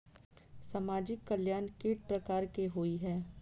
सामाजिक कल्याण केट प्रकार केँ होइ है?